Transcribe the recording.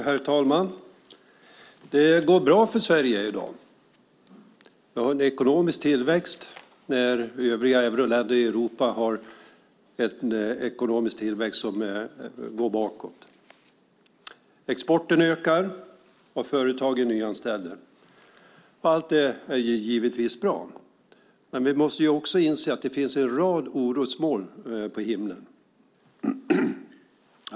Herr talman! Det går bra för Sverige i dag. Vi har en ekonomisk tillväxt när övriga euroländer i Europa har en ekonomi som går bakåt. Exporten ökar, och företagen nyanställer. Allt det är givetvis bra, men vi måste också inse att det finns en rad orosmoln på himlen.